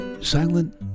silent